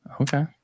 okay